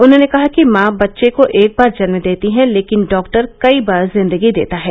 उन्होंने कहा कि मॉ बच्चे को एक बार जन्म देती है लेकिन डॉक्टर कई बार जिंदगी देता है